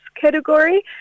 category